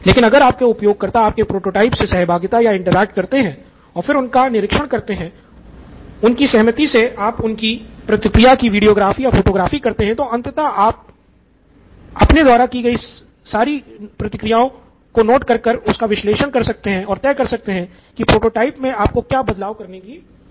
लेकिन अगर आपके उपयोगकर्ता आपके प्रोटोटाइप से सहभागिता करते हैं और फिर आप उनका निरीक्षण करते हैं उनकी सहमति से उनकी प्रतिक्रिया की विडियोग्राफी या फोटोग्राफी करते हैं तो अंततः अपने द्वारा देखी गयी सारी प्रतिक्रियों का विश्लेषण कर आप यह तय कर सकते हैं कि प्रोटोटाइप मे आपको क्या बदलाव करने कि ज़रूरत है